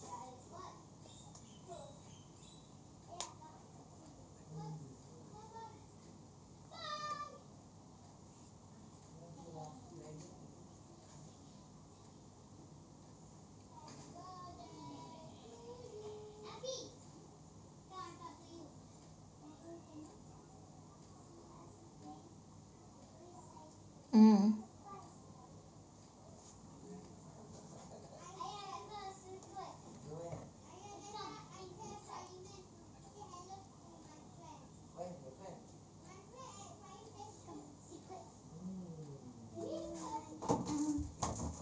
mm